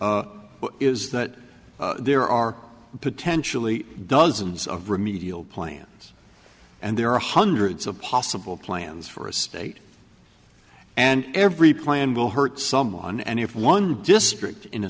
is that there are potentially dozens of remedial plans and there are hundreds of possible plans for a state and every plan will hurt someone and if one district in a